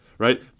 right